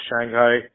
Shanghai –